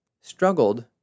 struggled